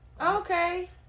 Okay